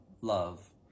love